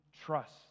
trust